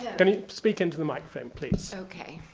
can you speak into the microphone, please. okay.